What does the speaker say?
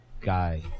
guy